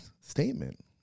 statement